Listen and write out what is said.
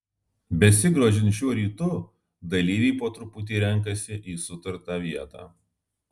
besigrožint šiuo rytu dalyviai po truputį renkasi į sutartą vietą